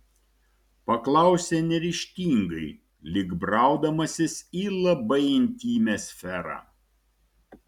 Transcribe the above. paklausė neryžtingai lyg braudamasis į labai intymią sferą